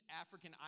African